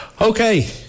Okay